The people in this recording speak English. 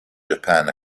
japan